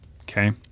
Okay